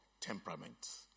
temperaments